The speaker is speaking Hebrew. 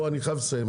בוא, אני חייב לסיים.